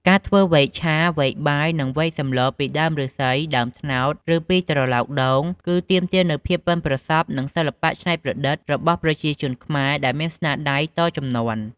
ការធ្វើវែកឆា វែកបាយ និងវែកសម្លពីដើមឫស្សី ដើមត្នោត ឬពីត្រឡោកដូង គឺទាមទារនូវភាពប៉ិនប្រសប់ និងសិល្បៈច្នៃប្រឌិតរបស់ប្រជាជនខ្មែរដែលមានស្នាដៃតជំនាន់។